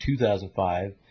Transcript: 2005